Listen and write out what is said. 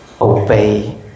obey